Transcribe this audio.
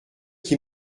qui